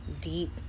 deep